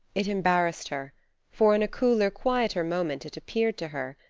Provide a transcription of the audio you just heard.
it embarrassed her for in a cooler, quieter moment it appeared to her,